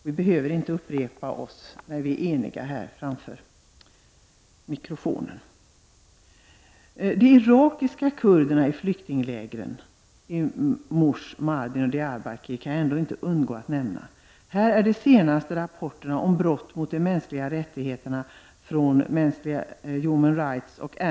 Vi behöver inte upprepa oss framför mikrofonen när vi är eniga. De irakiska kurderna i flyktinglägren i Mus, Mardin och Dyarbarkir kan jag ändå inte undgå att nämna. Här har jag de senaste rapporterna från Human Rights och Amnesty om brott mot de mänskliga rättigheterna.